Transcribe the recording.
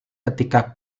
ketika